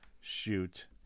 Shoot